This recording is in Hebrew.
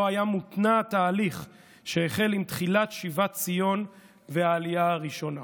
לא היה מותנע התהליך שהחל עם תחילת שיבת ציון והעלייה הראשונה.